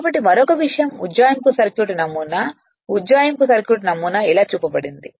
కాబట్టి మరొక విషయం ఉజ్జాయింపు సర్క్యూట్ నమూనా ఉజ్జాయింపు సర్క్యూట్ నమూనా ఇలా చూపబడింది